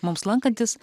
mums lankantis